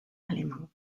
alemán